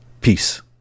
Peace